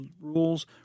rules